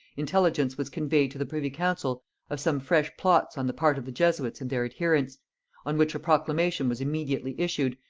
intelligence was conveyed to the privy-council of some fresh plots on the part of the jesuits and their adherents on which a proclamation was immediately issued,